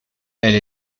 elle